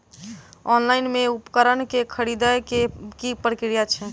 Online मे उपकरण केँ खरीदय केँ की प्रक्रिया छै?